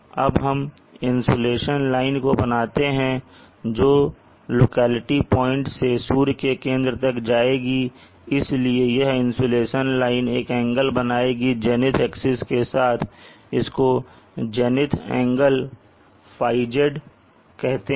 अब हम insolation line को बनाते हैं जो लोकेलिटी पॉइंट से सूर्य के केंद्र तक जाएगी इसलिए यह इंसुलेशन लाइन एक एंगल बनाएगी जेनिथ एक्सिस के साथ जिसको जेनिथ एंगल θz कहते हैं